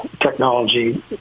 technology